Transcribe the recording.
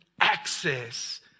access